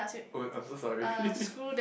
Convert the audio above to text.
oh I'm so sorry